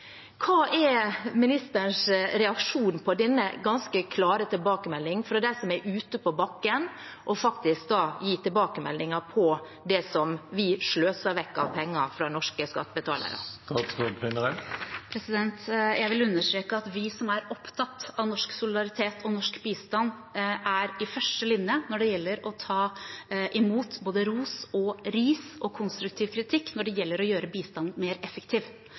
Hva er ministerens reaksjon på denne ganske klare tilbakemeldingen fra en som har vært ute på bakken, og faktisk gir tilbakemeldinger på det som vi sløser vekk av penger fra norske skattebetalere? Jeg vil understreke at vi som er opptatt av norsk solidaritet og norsk bistand, er de første til å ta imot både ros, ris og konstruktiv kritikk når det gjelder å gjøre bistanden mer effektiv.